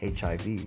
HIV